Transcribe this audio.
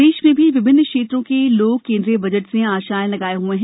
प्रदेश में भी विमिन्न क्षेत्रों के लोग केन्द्रीय बजट से आशाएं लगाये हुए हैं